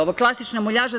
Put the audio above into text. Ovo je klasična muljaža.